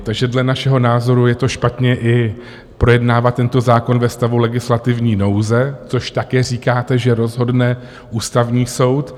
Takže dle našeho názoru je to špatně i projednávat tento zákon ve stavu legislativní nouze, což taky říkáte, že rozhodne Ústavní soud.